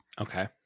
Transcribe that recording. Okay